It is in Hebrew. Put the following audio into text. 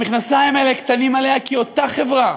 המכנסיים האלה קטנים עליה כי אותה חברה,